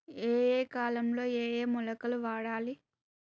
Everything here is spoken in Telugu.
ఏయే కాలంలో ఏయే మొలకలు వాడాలి?